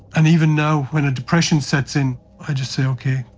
and even now when a depression sets in i just say okay,